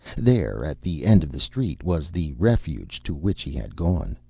there, at the end of the street, was the refuge to which he had gone.